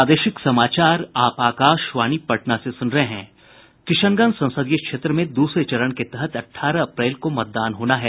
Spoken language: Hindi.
किशनगंज संसदीय क्षेत्र में दूसरे चरण के तहत अठारह अप्रैल को मतदान होना है